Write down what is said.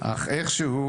אך איכשהו,